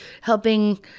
helping